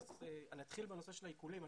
אני אתחיל בנושא של העיקולים.